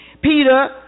Peter